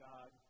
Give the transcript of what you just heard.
God